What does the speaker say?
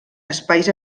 espais